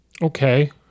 Okay